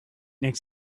next